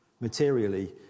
materially